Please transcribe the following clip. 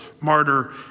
martyr